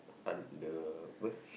un~ the where